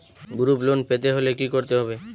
Group loan পেতে হলে কি করতে হবে?